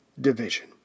division